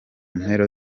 mpera